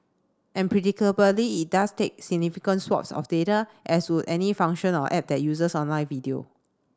and predictably it does take significant swathes of data as would any function or app that uses online video